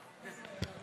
היא על הכוח